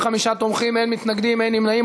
45 תומכים, אין מתנגדים, אין נמנעים.